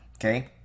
Okay